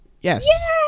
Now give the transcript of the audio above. Yes